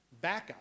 backup